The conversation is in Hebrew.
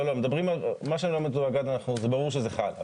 לא, לא, מה שלא מתואגד ברור שזה חל.